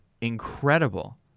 incredible